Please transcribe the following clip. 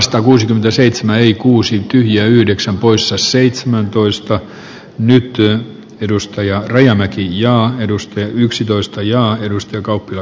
seurasin oman puolueeni puheenjohtajaa ja hän äänesti tässä jaa ensin mutta vaihtoi mutta minä en ehtinyt vaihtaa